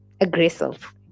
aggressive